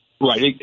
Right